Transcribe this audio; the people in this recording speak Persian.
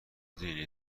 دینی